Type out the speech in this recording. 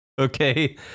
Okay